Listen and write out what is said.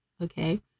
okay